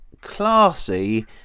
classy